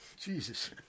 Jesus